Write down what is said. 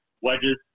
wedges